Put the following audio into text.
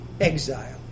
exile